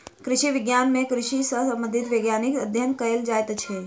कृषि विज्ञान मे कृषि सॅ संबंधित वैज्ञानिक अध्ययन कयल जाइत छै